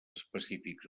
específics